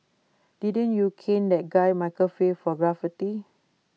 didn't you cane that guy Michael Fay for graffiti